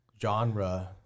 genre